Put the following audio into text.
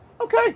okay